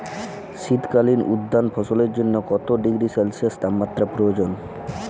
শীত কালীন উদ্যান ফসলের জন্য কত ডিগ্রী সেলসিয়াস তাপমাত্রা প্রয়োজন?